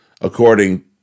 according